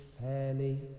fairly